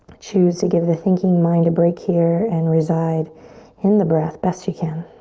choose to give the thinking mind a break here and reside in the breath, best you can.